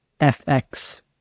FX